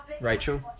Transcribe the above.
Rachel